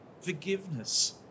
Forgiveness